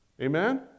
Amen